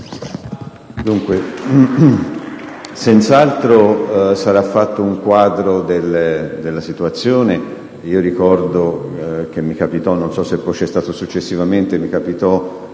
senz'altro preparato un quadro della situazione.